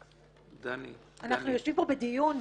אנחנו יושבים פה בדיון,